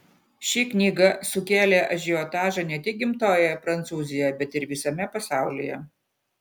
ši knyga sukėlė ažiotažą ne tik gimtojoje prancūzijoje bet ir visame pasaulyje